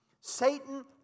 Satan